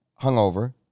hungover